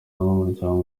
n’umuryango